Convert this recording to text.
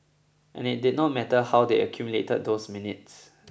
and it did not matter how they accumulated those minutes